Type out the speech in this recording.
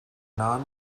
non